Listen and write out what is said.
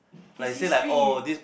his history